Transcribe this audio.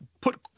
Put